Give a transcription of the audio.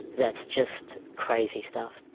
that's just crazy stuff.